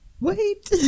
Wait